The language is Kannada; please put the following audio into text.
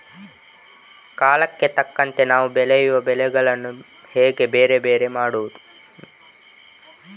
ಕಾಲಕ್ಕೆ ತಕ್ಕಂತೆ ನಾವು ಬೆಳೆಯುವ ಬೆಳೆಗಳನ್ನು ಹೇಗೆ ಬೇರೆ ಬೇರೆ ಮಾಡಬಹುದು?